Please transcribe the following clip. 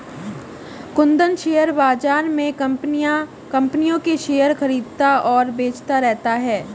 Kundan share बाज़ार में कम्पनियों के शेयर खरीदता और बेचता रहता है